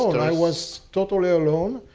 i was totally alone.